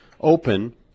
open